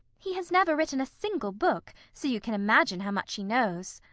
he has never written a single book, so you can imagine how much he knows.